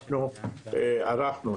אנחנו ערכנו,